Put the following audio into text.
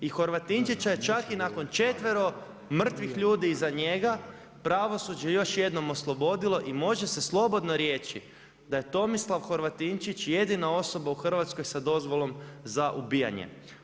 I Horvatinčića je čak i nakon četvero mrtvih ljudi iza njega pravosuđe još jednom oslobodilo i može se slobodno reći da je Tomislav Horvatinčić jedina osoba u Hrvatskoj sa dozvolom za ubijanje.